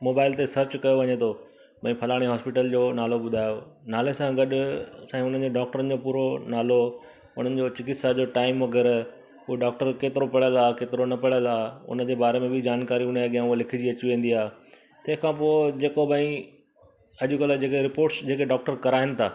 mobile ते search कयो वञे थो भाई फलाणी हॉस्पिटल जो नालो ॿुधायो नाले सां गॾु असां खे हुननि डॉकटरनि जो पूरो नालो उननि जो चिकित्सा जो टाइम वगै़रह उहो डॉक्टर केतिरो पढ़ियल आहे केतिरो न पढ़ियल आहे उनजे बारे में बि जानकारी उनजे अॻियां हूअ लिखजी अची वेंदी आहे तंहिंखां पोइ जेको भाई अॼुकल्हि रिपोर्ट्स जेके डॉक्टर कराइन था